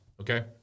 Okay